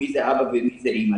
מי זה האבא ומי זה האימא.